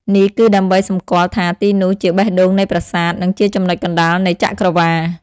នេះគឺដើម្បីសម្គាល់ថាទីនោះជាបេះដូងនៃប្រាសាទ និងជាចំណុចកណ្ដាលនៃចក្រវាឡ។